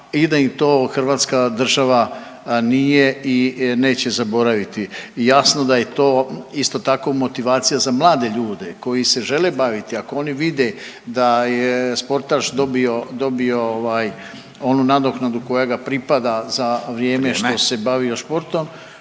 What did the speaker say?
i da im to hrvatska država nije i neće zaboraviti. Jasno da je to, isto tako, motivacija za mlade ljudi koji se žele baviti, ako oni vide da je sportaš dobio ovaj, oni nadoknadu koja ga pripada za vrijeme .../Upadica: